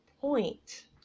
point